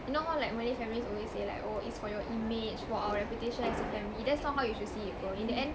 you know how like malay families always say like oh it's for your image for our reputation as a family that's not how you should see it [pe] in the end